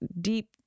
deep